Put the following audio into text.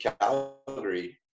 Calgary